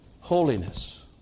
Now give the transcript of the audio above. holiness